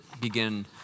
begin